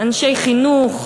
אנשי חינוך,